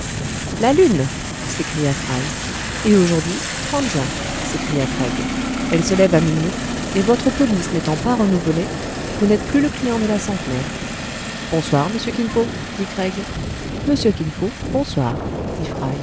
la lune s'écria fry et aujourd'hui juin s'écria craig elle se lève à minuit et votre police n'étant pas renouvelée vous n'êtes plus le client de la centenaire bonsoir monsieur kin fo dit craig monsieur kin fo bonsoir